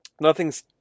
nothing's